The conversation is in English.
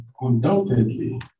undoubtedly